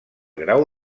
grau